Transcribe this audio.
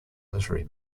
literary